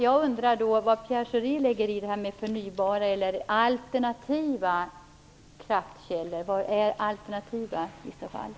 Jag undrar var Pierre Schori menar med förnybara eller alternativa kraftkällor. Vad är i så fall "alternativa" kraftkällor?